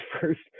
first